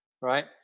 right